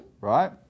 right